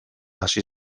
hasi